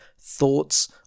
thoughts